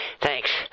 Thanks